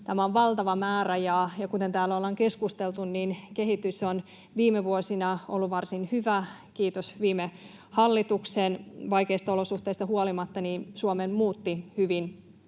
Tämä on valtava määrä, ja kuten täällä ollaan keskusteltu, kehitys on viime vuosina ollut varsin hyvä, kiitos viime hallituksen. Vaikeista olosuhteista huolimatta Suomeen muutti hyvin